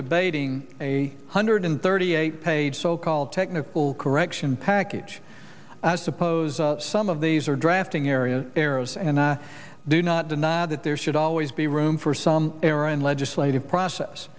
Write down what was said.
debating a hundred thirty eight page so called technical correction package suppose some of these are drafting area arrows and i do not deny that there should always be room for some error and legislative process